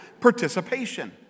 participation